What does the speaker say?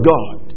God